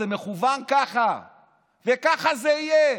זה מכוון ככה וככה זה יהיה.